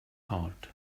heart